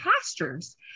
pastures